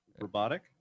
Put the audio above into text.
Robotic